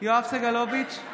יואב סגלוביץ'